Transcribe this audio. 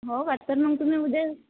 हो का तर मग तुम्ही उद्या